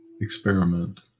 experiment